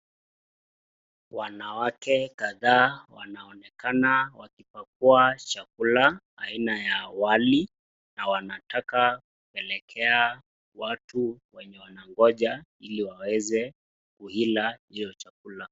Wanawake kadhaa wanaonekana wakipakua chakula aina ya wali na wanataka kupelekea watu wenye wanagonja hili waweze kuila hio chakula.